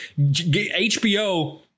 hbo